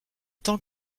tant